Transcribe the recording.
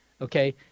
Okay